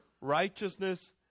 Righteousness